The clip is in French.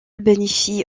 bénéficie